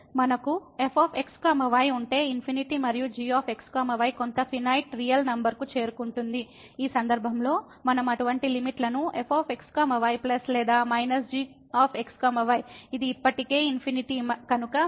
మనకు f x y ఉంటే infinity మరియు g x y కొంత ఫినాయిట్ రియల్ నంబర్ కు చేరుకుంటుంది ఈ సందర్భంలో మనం అటువంటి లిమిట్ లను f x y ప్లస్ లేదా మైనస్ g x y ఇది ఇప్పటికే ఇన్ఫినిటీ కనుక మనకు ఇక్కడ g x y L కి సమానం